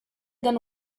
than